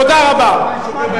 תודה לך, וגם לך, חבר הכנסת מולה.